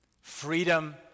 Freedom